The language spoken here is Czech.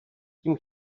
tím